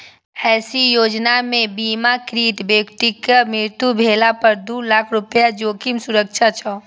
एहि योजना मे बीमाकृत व्यक्तिक मृत्यु भेला पर दू लाख रुपैया जोखिम सुरक्षा छै